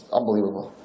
unbelievable